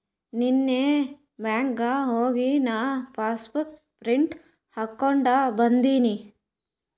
ನೀನ್ನೇ ಬ್ಯಾಂಕ್ಗ್ ಹೋಗಿ ನಾ ಪಾಸಬುಕ್ ಪ್ರಿಂಟ್ ಹಾಕೊಂಡಿ ಬಂದಿನಿ